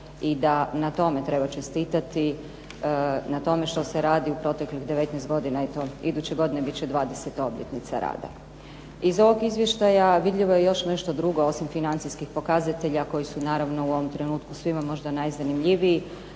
i da na tome treba čestitati na tome što se radi u proteklih 19 godina, iduće godine bit će 20-a obljetnica rada. Iz ovog izvještaja vidljivo je još nešto drugo osim financijskih pokazatelja koji su naravno svima u ovom trenutku možda najzanimljiviji,